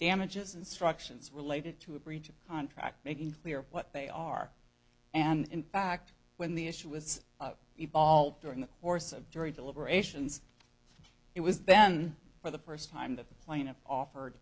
damages instructions related to a breach of contract making clear what they are and in fact when the issue was the vault during the course of jury deliberations it was then for the first time the plaintiff offered